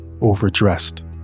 overdressed